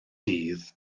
dydd